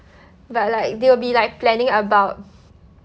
but like they will be like planning about